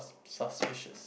suspicious